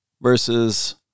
versus